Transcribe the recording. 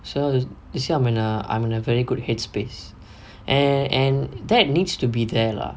so அது விஷயோமென்னா:athu vishayomennaa I'm in a very good headspace and and that needs to be there lah